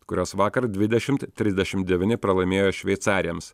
kurios vakar dvidešimt trisdešimt devyni pralaimėjo šveicarėms